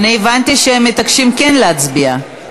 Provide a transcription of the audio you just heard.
אני הבנתי שהם מתעקשים כן להצביע.